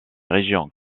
régions